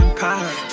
power